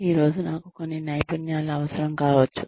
ఈ రోజు నాకు కొన్ని నైపుణ్యాలు అవసరం కావచ్చు